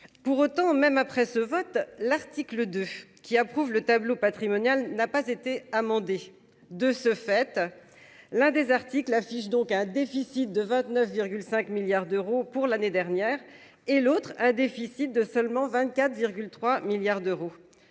pour autant, même après ce vote, l'article 2 qui approuve le tableau patrimonial n'a pas été amendée de ce fait, l'un des articles affiche donc un déficit de 29,5 milliards d'euros pour l'année dernière et l'autre un déficit de seulement 24 3 milliards d'euros,